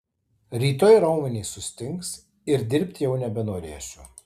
rytoj raumenys sustings ir dirbti jau nebenorėsiu